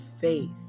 faith